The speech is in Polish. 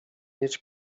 mieć